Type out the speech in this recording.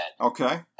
Okay